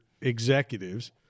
executives